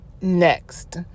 Next